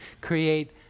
create